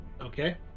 Okay